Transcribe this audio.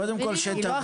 קודם כל שתבוא.